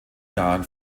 jahren